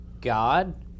God